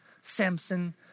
Samson